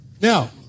Now